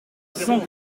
cent